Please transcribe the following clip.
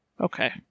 Okay